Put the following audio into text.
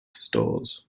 stores